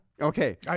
Okay